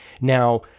Now